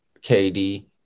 KD